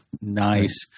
Nice